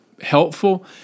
helpful